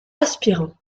aspirant